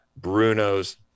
Bruno's